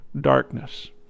darkness